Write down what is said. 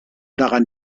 daran